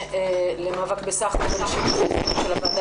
ארצות-הברית לקחת חלק בדיון החשוב בוועדה